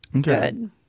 Good